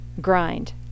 grind